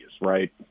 right